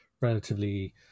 relatively